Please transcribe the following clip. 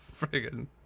friggin